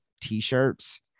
t-shirts